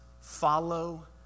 follow